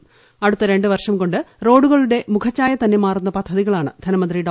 ഗതാഗതം അടുത്ത രണ്ടു വർഷം കൊണ്ട് റോഡുകളുടെ മുഖച്ഛായ തന്നെ മാറുന്ന പദ്ധതികളാണ് ധനമന്ത്രി ഡോ